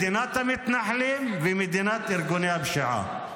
מדינת המתנחלים ומדינת ארגוני הפשיעה.